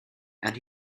and